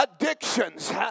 addictions